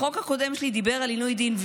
החוק הקודם שלי דיבר על עינוי דין,